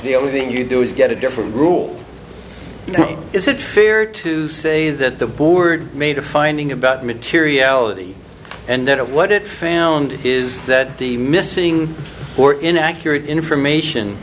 the only thing you do is get a different rule is it fair to say that the board made a finding about materiality and what it found is that the missing or inaccurate information